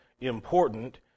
important